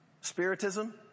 spiritism